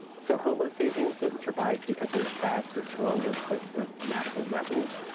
so, homo sapiens didn't survive because we were fast or strong or equipped with natural weapons.